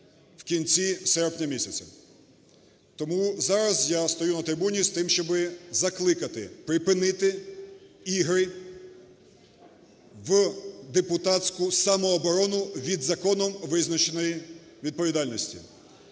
в кінці серпня місяця. Тому зараз я стою на трибуні з тим, щоб закликати припинити ігри в депутатську самооборону від законом визначеної відповідальності.